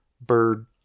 bird